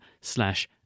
slash